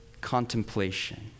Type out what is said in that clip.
contemplation